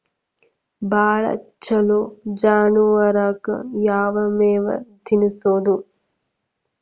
ಭಾಳ ಛಲೋ ಜಾನುವಾರಕ್ ಯಾವ್ ಮೇವ್ ತಿನ್ನಸೋದು?